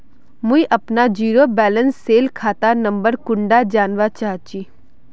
मुई अपना zero balance सेल खाता नंबर कुंडा जानवा चाहची?